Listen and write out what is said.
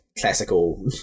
classical